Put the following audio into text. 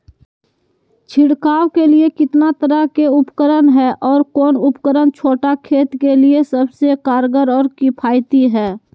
छिड़काव के लिए कितना तरह के उपकरण है और कौन उपकरण छोटा खेत के लिए सबसे कारगर और किफायती है?